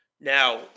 Now